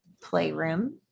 playroom